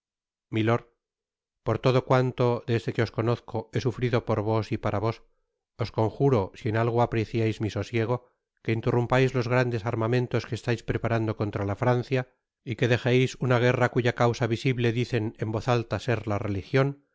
milord por todo cuanto desde que os conozco he sufrido por vos y para vos os conjaro si en algo apreciais mi sosiego que interrumpais los grandes armamentos que estais preparando contra la francia y que dejeis una guerra cuya causa visible dicen en voz alta ser la religion